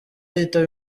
yitaba